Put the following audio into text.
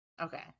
Okay